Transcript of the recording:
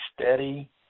steady